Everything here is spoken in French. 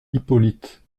hippolyte